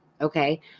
Okay